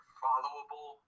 followable